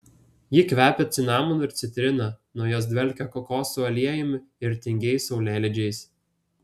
ji kvepia cinamonu ir citrina nuo jos dvelkia kokosų aliejumi ir tingiais saulėlydžiais